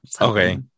okay